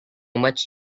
much